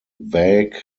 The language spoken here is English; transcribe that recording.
vague